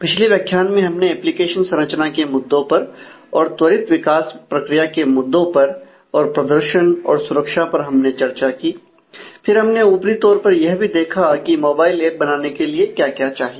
पिछले व्याख्यान में हमने एप्लीकेशन संरचना के मुद्दों पर और त्वरित विकास प्रक्रिया के मुद्दों पर और प्रदर्शन और सुरक्षा पर हमने चर्चा की फिर हमने ऊपरी तौर पर यह भी देखा कि मोबाइल ऐप बनाने के लिए क्या क्या चाहिए